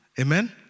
Amen